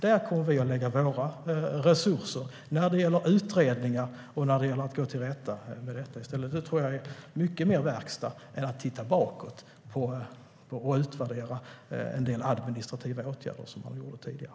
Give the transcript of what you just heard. Där kommer vi att lägga våra resurser vad gäller utredningar för att komma till rätta med problemet. Det tror jag ger mycket bättre resultat än att titta bakåt och utvärdera en del administrativa åtgärder som gjordes tidigare.